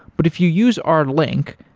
but if you use our link,